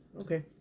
okay